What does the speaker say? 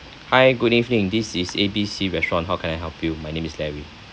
hi good evening this is A_B_C restaurant how can I help you my name is larry